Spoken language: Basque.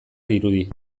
dirudi